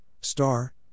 Star